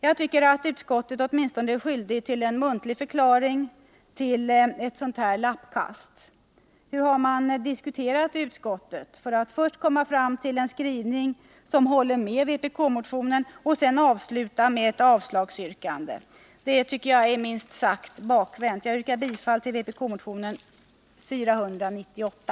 Jag tycker att utskottet åtminstone är skyldigt att avge en muntlig förklaring till ett sådant här lappkast. Hur har man diskuterat i utskottet för att först komma fram till en skrivning där man håller med vpk-motionen och sedan avslutar med ett avstyrkande? Det tycker jag är minst sagt bakvänt. Jag yrkar bifall till vpk-motionen 498.